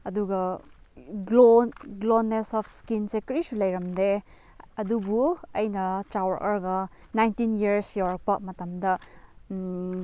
ꯑꯗꯨꯒ glow glowness of science ꯀꯔꯤꯁꯨ ꯂꯩꯔꯝꯗꯦ ꯑꯗꯨꯕꯨ ꯑꯩꯅ ꯆꯥꯎꯔꯛꯑꯒ ꯅꯥꯏꯟꯇꯤꯟ ꯏꯌꯔꯁ ꯌꯧꯔꯛꯄ ꯃꯇꯝꯗ